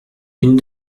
une